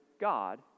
God